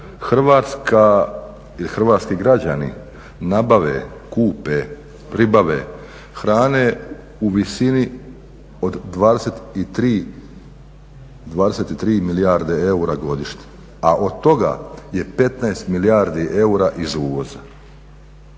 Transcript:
Hrvatska ili hrvatski građani nabave, kupe, pribave hrane u visini od 23 milijarde eura godišnje. A od toga je 15 milijardi eura iz uvoza.